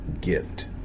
gift